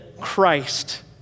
Christ